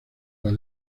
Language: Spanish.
las